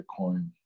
Bitcoin